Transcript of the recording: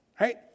right